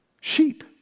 Sheep